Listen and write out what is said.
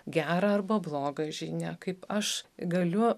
gerą arba blogą žinią kaip aš galiu